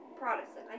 Protestant